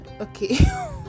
okay